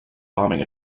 bombing